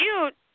Cute